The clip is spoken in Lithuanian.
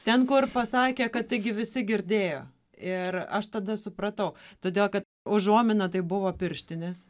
ten kur pasakė kad taigi visi girdėjo ir aš tada supratau todėl kad užuomina tai buvo pirštinės